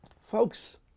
Folks